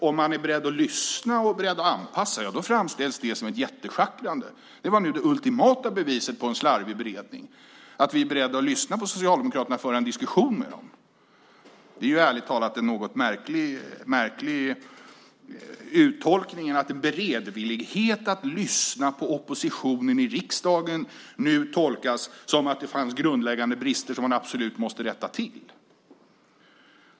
Om man är beredd att lyssna och beredd att anpassa framställs det som ett jätteschackrande. Nu är det ultimata beviset på en slarvig beredning att vi är beredda att lyssna på Socialdemokraterna och att föra en diskussion med dem. Det är, ärligt talat, en något märklig uttolkning att beredvillighet att lyssna på oppositionen i riksdagen nu tolkas som att det funnits grundläggande brister som man absolut måste rätta till.